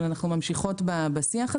אבל אנחנו ממשיכות בשיח.